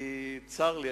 צר לי,